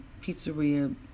pizzeria